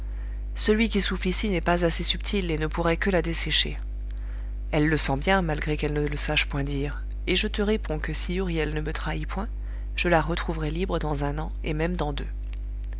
celui qui souffle ici n'est pas assez subtil et ne pourrait que la dessécher elle le sent bien malgré qu'elle ne le sache point dire et je te réponds que si huriel ne me trahit point je la retrouverai libre dans un an et même dans deux